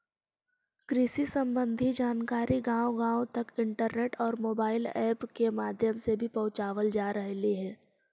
कृषि संबंधी जानकारी गांव गांव तक इंटरनेट और मोबाइल ऐप के माध्यम से भी पहुंचावल जा रहलई हे